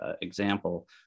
example